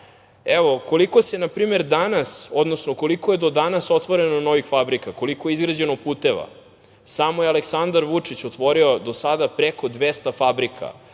Evo na primer, koliko je do danas otvoreno novih fabrika, koliko izgrađeno puteva? Samo je Aleksandar Vučić otvorio do sada preko 200 fabrika,